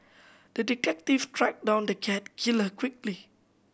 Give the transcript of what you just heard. the detective tracked down the cat killer quickly